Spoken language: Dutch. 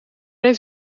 heeft